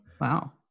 Wow